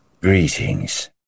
Greetings